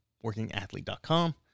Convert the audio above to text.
WorkingAthlete.com